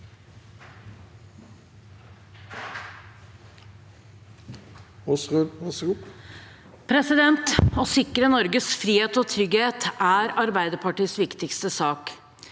Å sikre Norges frihet og trygghet er Arbeiderpartiets viktigste sak.